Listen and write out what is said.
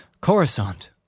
Coruscant